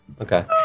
Okay